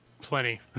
plenty